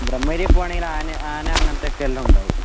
ബ്രഹ്മഗിരി പോകാണെങ്കിൽ ആന ആന അങ്ങനത്തെ ഒക്കെ എല്ലാം ഉണ്ടാകും